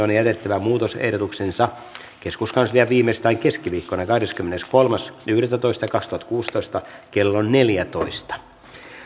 on jätettävä muutosehdotuksensa keskuskansliaan viimeistään keskiviikkona kahdeskymmeneskolmas yhdettätoista kaksituhattakuusitoista kello neljätoista